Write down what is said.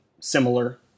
similar